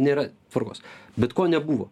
nėra tvarkos bet ko nebuvo